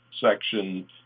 section